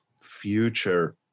future